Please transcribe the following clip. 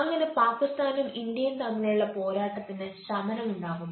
അങ്ങനെ പാകിസ്ഥാനും ഇന്ത്യയും തമ്മിലുള്ള പോരാട്ടത്തിന് ശമനം ഉണ്ടാകുന്നു